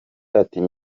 ati